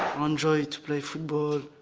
um enjoy to play football,